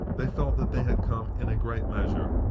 they felt that they had come, in a great measure,